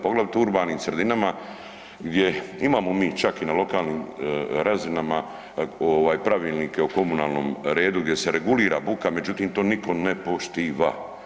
Poglavito u urbanim sredinama gdje imamo mi čak i na lokalnim razinama ovaj Pravilnike o komunalnom redu gdje se regulira buka, međutim to niko ne poštiva.